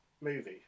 movie